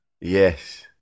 Yes